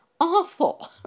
awful